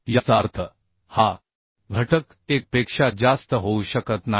याचा अर्थ हा घटक 1 पेक्षा जास्त होऊ शकत नाही